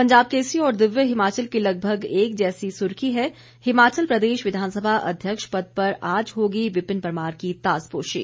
पंजाब केसरी और दिव्य हिमाचल की लगभग एक जैसी सुर्खी है हिमाचल प्रदेश विधानसभा अध्यक्ष पद पर आज होगी विपिन परमार की ताजपोशी